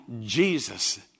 Jesus